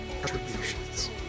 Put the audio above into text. contributions